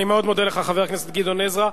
אני מאוד מודה לך, חבר הכנסת גדעון עזרא.